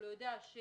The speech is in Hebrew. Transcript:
אבל יודע שיש